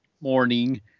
morning